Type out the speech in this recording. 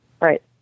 Right